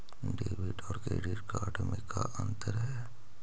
Debit और credit card में का अंतर है?